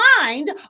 mind